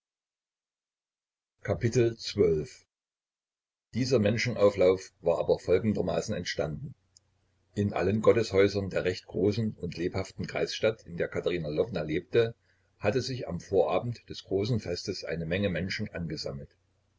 dieser menschenauflauf war aber folgendermaßen entstanden in allen gotteshäusern der recht großen und lebhaften kreisstadt in der katerina lwowna lebte hatte sich am vorabend des großen festes eine menge menschen angesammelt